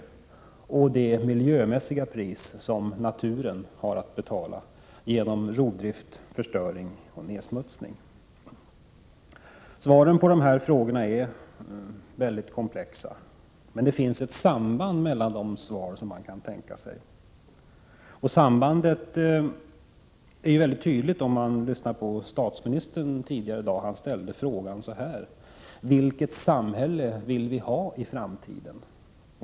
Naturen får också betala ett miljömässigt pris på grund av rovdrift, förstöring och nedsmutsning. Svaren på dessa frågor är mycket komplexa, men det finns ett samband mellan svaren. Sambandet var mycket tydligt när statsministern tidigare i dag ställde frågan: Vilket samhälle vill vi ha i framtiden?